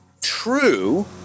true